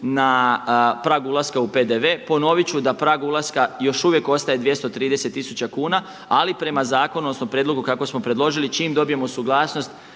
na prag ulaska u PDV, ponovit ću da prag ulaska još uvijek ostaje 230 tisuća kuna, ali prema zakonu odnosno prijedlogu kako smo predložili, čim dobijemo suglasnost